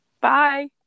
Bye